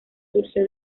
surgió